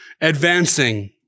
advancing